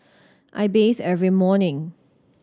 I bathe every morning